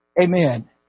Amen